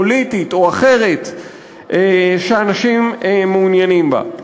פוליטית או אחרת שאנשים מעוניינים בה.